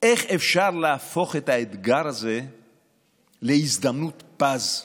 איך אפשר להפוך את האתגר הזה להזדמנות פז,